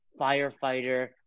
firefighter